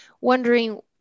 wondering